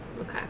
okay